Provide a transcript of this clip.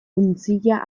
untzilla